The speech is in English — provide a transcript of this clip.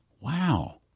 wow